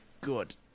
good